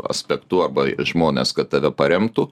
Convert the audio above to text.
aspektu arba žmonės kad tave paremtų